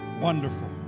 wonderful